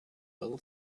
well